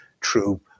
true